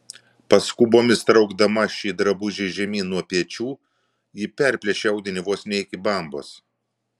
paskubomis traukdama šį drabužį žemyn nuo pečių ji perplėšė audinį vos ne iki bambos